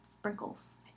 sprinkles